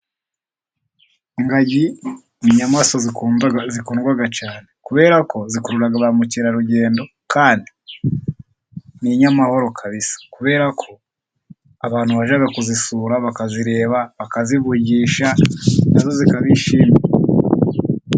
Ingagi ni inyamaswa zikundwa cyane kubera ko zikurura ba mukerarugendo, kandi ni inyamahoro kabisa, kubera ko abantu bajya kuzisura bakazireba, bakazivugisha na zo zikabishimira.